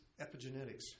epigenetics